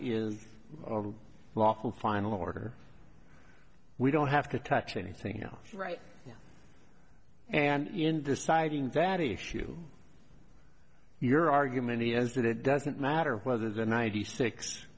is lawful final order we don't have to touch anything else right now and in deciding that issue your argument is that it doesn't matter whether the ninety six